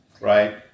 Right